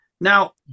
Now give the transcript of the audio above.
Now